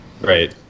Right